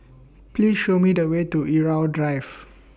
Please Show Me The Way to Irau Drive